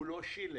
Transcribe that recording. הוא לא שילם,